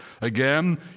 again